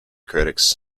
critics